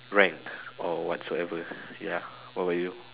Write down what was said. rank or whatsoever ya how about you